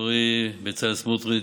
חברי בצלאל סמוטריץ',